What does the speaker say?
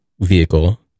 vehicle